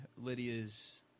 Lydia's